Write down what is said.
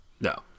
No